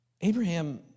Abraham